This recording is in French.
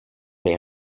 les